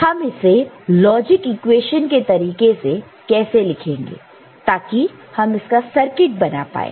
तो हम इसे लॉजिक इक्वेशन के तरीके से कैसे लिखेंगे ताकि हम इसका सर्किट बना पाए